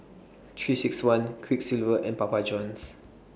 three six one Quiksilver and Papa Johns